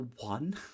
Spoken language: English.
one